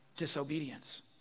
disobedience